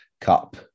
cup